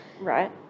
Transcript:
Right